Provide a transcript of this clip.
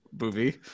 movie